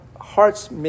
hearts